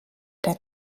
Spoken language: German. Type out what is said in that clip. der